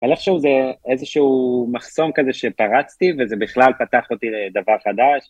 אבל איכשהו זה איזשהו מחסום כזה שפרצתי וזה בכלל פתח אותי לדבר חדש.